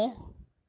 just say